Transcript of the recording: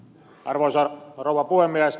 arvoisa rouva puhemies